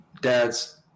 dads